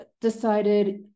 decided